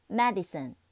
medicine